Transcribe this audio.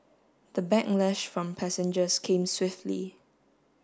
the backlash from passengers came swiftly